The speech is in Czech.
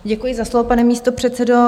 Děkuji za slovo, pane místopředsedo.